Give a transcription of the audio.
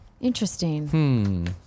Interesting